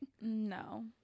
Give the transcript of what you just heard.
No